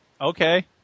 Okay